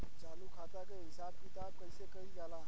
चालू खाता के हिसाब किताब कइसे कइल जाला?